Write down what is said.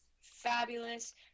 fabulous